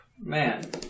Man